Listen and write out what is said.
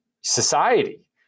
society